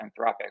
Anthropic